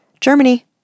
Germany